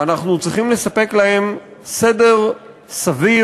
ואנחנו צריכים לספק להם סדר סביר